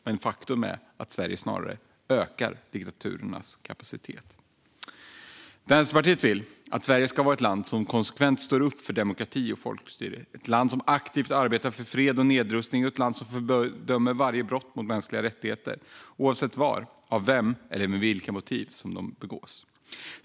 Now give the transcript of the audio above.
Men faktum är att Sverige snarare ökar diktaturernas kapacitet. Vänsterpartiet vill att Sverige ska vara ett land som konsekvent står upp för demokrati och folkstyre, ett land som aktivt arbetar för fred och nedrustning och ett land som fördömer varje brott mot mänskliga rättigheter, oavsett var, av vem eller med vilka motiv de begås.